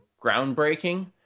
groundbreaking